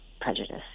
prejudice